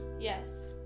Yes